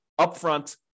upfront